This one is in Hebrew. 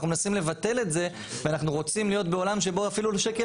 אנחנו מנסים לבטל את זה ואנחנו רוצים להיות בעולם שבו אפילו שקל